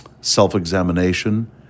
self-examination